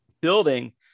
building